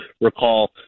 recall –